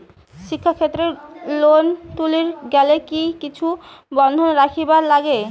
শিক্ষাক্ষেত্রে লোন তুলির গেলে কি কিছু বন্ধক রাখিবার লাগে?